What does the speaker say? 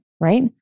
right